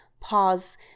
pause